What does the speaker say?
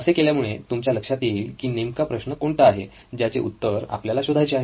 असे केल्यामुळे तुमच्या लक्षात येईल की नेमका प्रश्न कोणता आहे ज्याचे उत्तर आपल्याला शोधायचे आहे